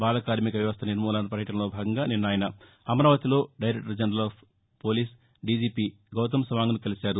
బాలకార్మిక వ్యవస్థ నిర్మూలన పర్యటనలో భాగంగా నిన్న ఆయన అమరావతిలో director general of DGP Gautam సవాంగ్ను కలిశారు